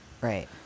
right